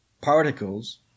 particles